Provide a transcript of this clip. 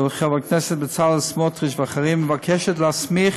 של חבר הכנסת בצלאל סמוטריץ ואחרים, מבקשת להסמיך